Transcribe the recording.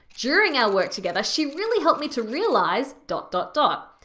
during our work together, she really helped me to realize dot dot dot.